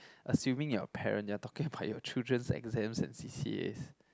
assuming you're a parent you're talking about your children's exams and c_c_as